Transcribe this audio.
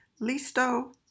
Listo